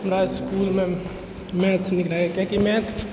हमरा इसकुलमे मैथ्स नीक लागैए किएककि मैथ